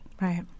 Right